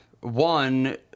one